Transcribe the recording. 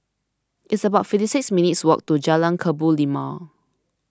it's about fifty six minutes' walk to Jalan Kebun Limau